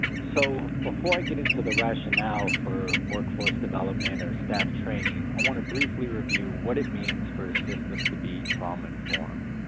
so before i get into the rationale for workforce development or staff training, i want to briefly review what it means for a system to be trauma-informed.